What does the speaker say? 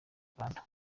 rwanda